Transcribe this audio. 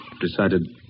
decided